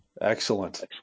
Excellent